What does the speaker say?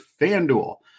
FanDuel